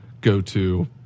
go-to